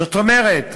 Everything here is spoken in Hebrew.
זאת אומרת,